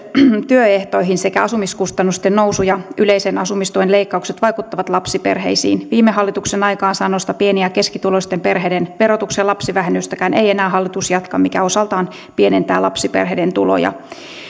työehtoihin sekä asumiskustannusten nousu ja yleisen asumistuen leikkaukset vaikuttavat lapsiperheisiin viime hallituksen aikaansaannostakaan pieni ja keskituloisten perheiden verotuksen lapsivähennystä ei enää hallitus jatka mikä osaltaan pienentää lapsiperheiden tuloja